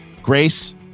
Grace